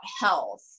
health